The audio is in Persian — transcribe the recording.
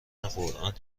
قران